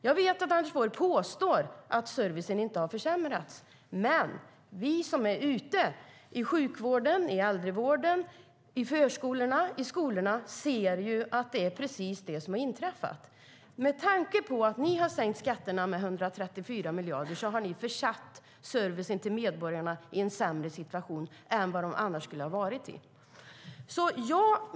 Jag vet att Anders Borg påstår att servicen inte har försämrats, men vi som är ute i sjukvården, i äldrevården, i förskolorna och i skolorna ser att det är precis det som har inträffat. I och med att ni har sänkt skatterna med 134 miljarder har ni gjort servicen till medborgarna sämre än vad den annars skulle ha varit.